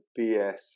BS